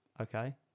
Okay